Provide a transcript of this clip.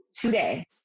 today